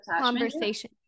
conversation